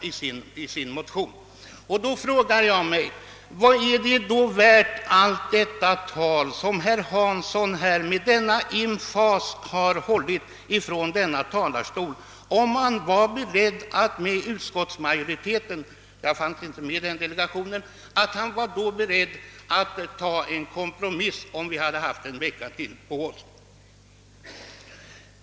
När herr Hansson i Skegrie alltså säger att man hade kunnat kompromissa, om man haft ytterligare en vecka på sig, frågar jag mig: Vad är då allt herr Hanssons emfatiska tal i denna talarstol värt?